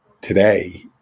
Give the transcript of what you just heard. today